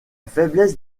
faiblesse